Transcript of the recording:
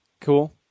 Cool